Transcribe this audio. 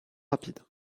rapide